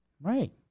Right